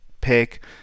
pick